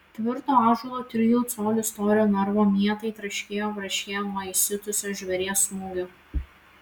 tvirto ąžuolo trijų colių storio narvo mietai traškėjo braškėjo nuo įsiutusio žvėries smūgių